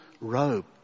robe